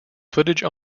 footage